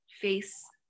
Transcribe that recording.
Face